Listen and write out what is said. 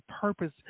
purpose